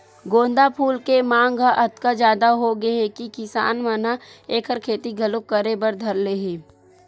गोंदा फूल के मांग ह अतका जादा होगे हे कि किसान मन ह एखर खेती घलो करे बर धर ले हे